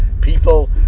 people